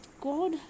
God